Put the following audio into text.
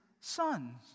sons